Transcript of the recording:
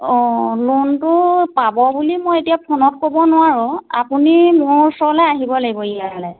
অঁ লোনটো পাব বুলি মই এতিয়া ফোনত ক'ব নোৱাৰোঁ আপুনি মোৰ ওচৰলে আহিব লাগিব ইয়ালে